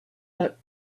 but